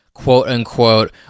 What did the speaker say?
quote-unquote